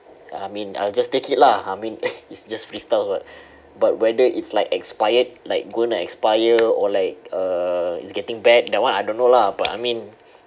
I mean I'll just take it lah I mean it's just free stuff what but whether it's like expired like gonna expire or like uh it's getting bad that one I don't know lah but I mean